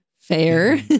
Fair